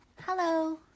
Hello